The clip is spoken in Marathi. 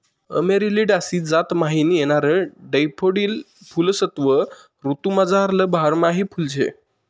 अमेरिलिडासी जात म्हाईन येणारं डैफोडील फुल्वसंत ऋतूमझारलं बारमाही फुल शे